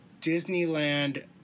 Disneyland